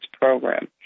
program